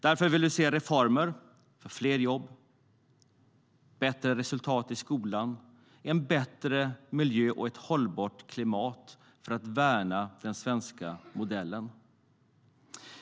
Därför vill vi se reformer för fler jobb, bättre resultat i skolan, en bättre miljö och ett hållbart klimat för att värna den svenska modellen.